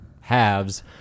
halves